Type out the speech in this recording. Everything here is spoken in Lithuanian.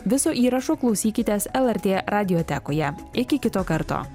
viso įrašo klausykitės lrt radiotekoje iki kito karto